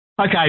Okay